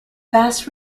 fast